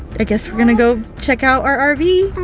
i guess we're gonna go check out our rv